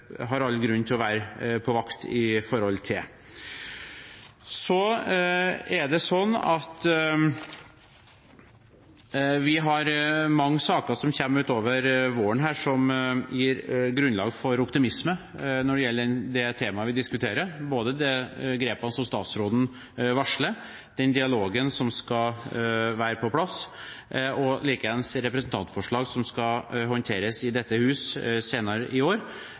har all grunn til å være på vakt mot. Vi har mange saker som kommer utover våren som gir grunnlag for optimisme når det gjelder det temaet vi diskuterer, både de grepene som statsråden varsler, dialogen som skal være på plass, og representantforslag som skal håndteres i dette huset senere i år,